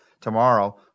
tomorrow